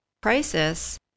crisis